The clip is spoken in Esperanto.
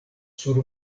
sur